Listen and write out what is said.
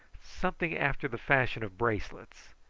something after the fashion of bracelets.